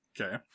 Okay